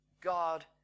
God